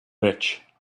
rich